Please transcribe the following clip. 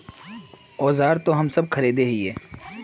औजार तो हम सब खरीदे हीये?